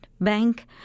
bank